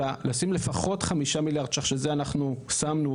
אלא לשים לפחות 5 מיליארד שקלים שזה אנחנו שמנו,